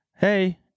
hey